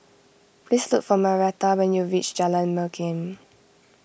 please look for Marietta when you reach Jalan Pergam